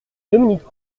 dominique